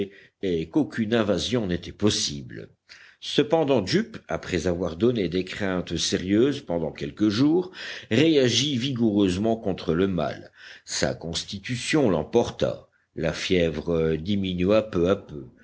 et qu'aucune invasion n'était possible cependant jup après avoir donné des craintes sérieuses pendant quelques jours réagit vigoureusement contre le mal sa constitution l'emporta la fièvre diminua peu à peu